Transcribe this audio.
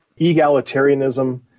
egalitarianism